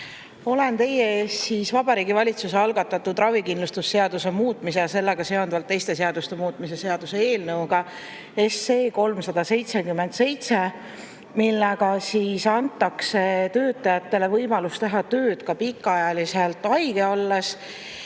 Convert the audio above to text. Olen teie ees siis Vabariigi Valitsuse algatatud ravikindlustuse seaduse muutmise ja sellega seonduvalt teiste seaduste muutmise seaduse eelnõuga 377, millega antakse töötajatele võimalus teha tööd ka pikaajaliselt haige olles.